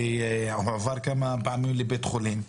והועבר כמה פעמים לבית חולים.